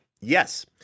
Yes